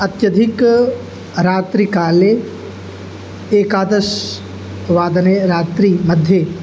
अत्यधिक रात्रिकाले एकादशवादने रात्रिमध्ये